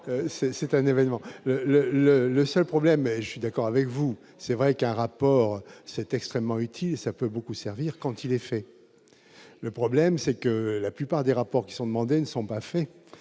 c'est un événement, le, le, le seul problème, mais je suis d'accord avec vous, c'est vrai qu'un rapport, c'est extrêmement utile, ça peut beaucoup servir quand il est fait, le problème c'est que la plupart des rapports qui sont demandés ne sont pas faits,